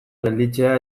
gelditzea